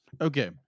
okay